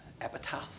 epitaph